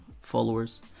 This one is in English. followers